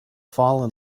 fallen